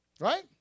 right